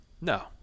No